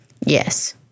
Yes